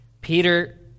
Peter